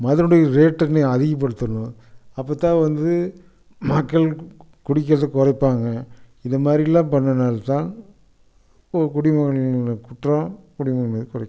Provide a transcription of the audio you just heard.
மதுவினுடைய ரேட்டுனையும் அதிகப்படுத்தணும் அப்போதான் வந்து மக்கள் குடிக்கிறதை குறைப்பாங்க இது மாதிரிலாம் பண்ணினா தான் குடிமகன்கள் குற்றம்